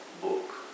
book